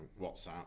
WhatsApp